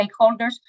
stakeholders